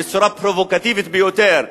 בצורה פרובוקטיבית ביותר,